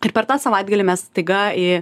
ir per tą savaitgalį mes staiga į